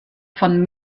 von